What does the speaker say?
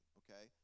okay